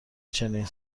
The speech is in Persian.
چنین